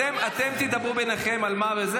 אתם תדברו ביניכם על מה ואיך,